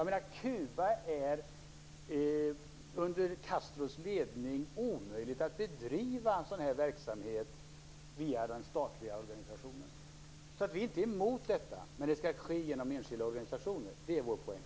På Kuba under Castros ledning är det omöjligt att bedriva sådan här verksamhet via den statliga organisationen. Vi är inte emot detta, men det skall ske genom enskilda organisationer - det är vår poäng.